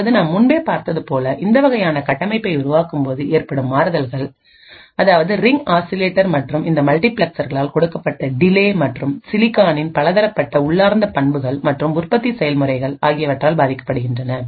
அதாவது நாம் முன்பே பார்த்தது போல இந்த வகையான கட்டமைப்பை உருவாக்கும் போது ஏற்படும் மாறுதல்கள் அதாவது ரிங் ஆசிலேட்டர் மற்றும் இந்த மல்டிபிளெக்சர்களால் கொடுக்கப்பட்ட டிலே மற்றும் சிலிகானின் பலதரப்பட்ட உள்ளார்ந்த பண்புகள் மற்றும் உற்பத்தி செயல்முறைகள் ஆகியவற்றால் பாதிக்கப்படுகின்றன